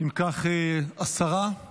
אם כך, אני